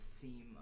theme